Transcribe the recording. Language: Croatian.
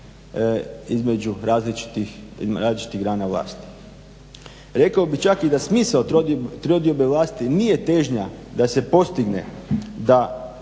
između različitih grana vlasti. Rekao bih čak i da smisao trodiobe vlasti nije težnja da se postigne da